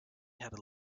had